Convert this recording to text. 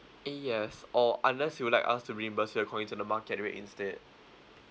y~ yes or unless you would like us to reimburse you according to the market rate instead